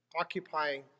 occupying